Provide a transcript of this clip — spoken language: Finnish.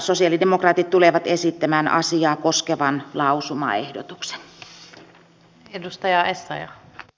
sosialidemokraatit tulevat esittämään asiaa koskevan lausumaehdotuksen